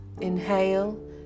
inhale